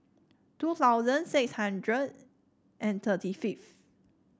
two thousand six hundred and thirty fifth